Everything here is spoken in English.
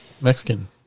Mexican